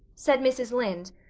said mrs. lynde,